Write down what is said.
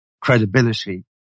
credibility